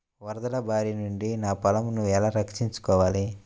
వరదల భారి నుండి నా పొలంను ఎలా రక్షించుకోవాలి?